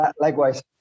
Likewise